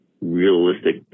realistic